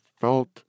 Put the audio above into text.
felt